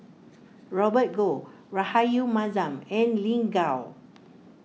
Robert Goh Rahayu Mahzam and Lin Gao